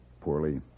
poorly